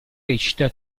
recita